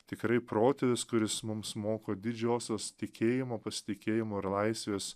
tikrai protėvis kuris mums moko didžiosios tikėjimo pasitikėjimo ir laisvės